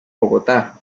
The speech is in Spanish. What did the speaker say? bogotá